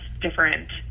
different